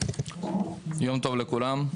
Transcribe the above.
יום טוב לכולם.